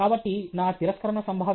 కాబట్టి నా తిరస్కరణ సంభావ్యత 0